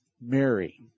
Mary